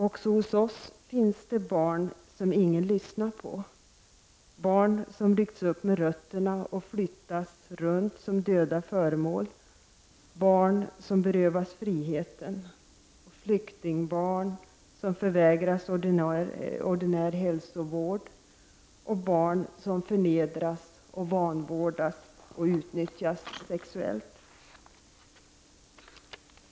Även hos oss finns barn som ingen lyssnar på, barn som rycks upp med rötterna och flyttas runt som döda föremål, barn som berövas friheten, flyktingbarn som förvägras ordinär hälsovård och barn som förnedras, vanvårdas och utnyttjas sexuellt.